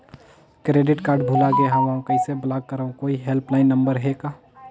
Credit card भुला गे हववं कइसे ब्लाक करव? कोई हेल्पलाइन नंबर हे का?